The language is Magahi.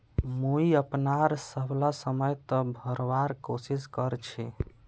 मुई अपनार सबला समय त भरवार कोशिश कर छि